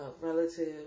relative